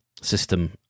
system